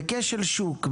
בכשל שוק,